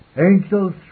Angels